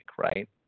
right